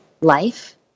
life